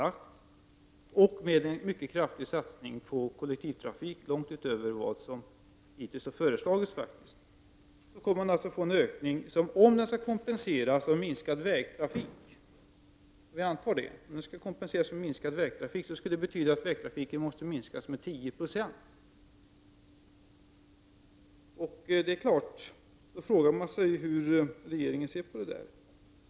Det förutsätter att vi får en kraftigt ökad satsning på kollektivtrafiken utöver vad som föreslagits och utöver vad som kan bli följden av olika utredningars förslag, inte minst miljöavgiftsutredningens. Det är klart att man måste fråga sig hur regeringen ser på detta.